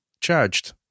charged